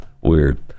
Weird